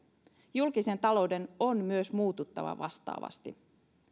julkisen talouden on myös muututtava vastaavasti